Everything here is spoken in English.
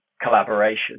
collaboration